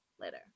later